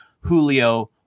Julio